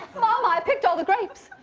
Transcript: mama! i picked all the grapes!